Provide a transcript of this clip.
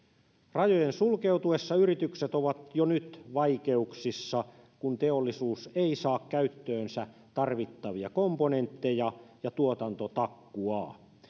rajojen sulkeutuessa yritykset ovat jo nyt vaikeuksissa kun teollisuus ei saa käyttöönsä tarvittavia komponentteja ja tuotanto takkuaa